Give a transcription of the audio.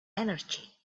energy